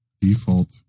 default